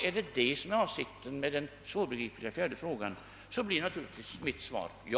Är det detta som är avsikten med den svårbegripliga fjärde frågan, blir mitt svar naturligtvis ja.